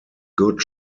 good